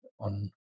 on